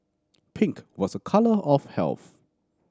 pink was a colour of health